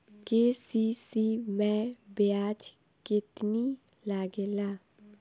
KCC मै ब्याज केतनि लागेला?